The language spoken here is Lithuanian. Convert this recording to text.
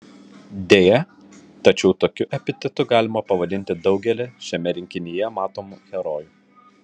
deja tačiau tokiu epitetu galima pavadinti daugelį šiame rinkinyje matomų herojų